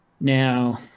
Now